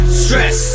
stress